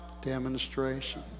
Demonstration